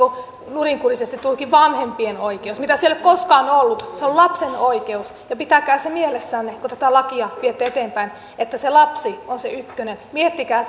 nurinkurisesti tullutkin vanhempien oikeus mitä se ei ole koskaan ollut se on lapsen oikeus ja pitäkää se mielessänne kun tätä lakia viette eteenpäin että se lapsi on se ykkönen miettikää